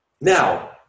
now